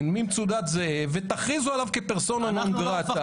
ממצודת זאב ותכריזו עליו כפרסונה נון גרטה.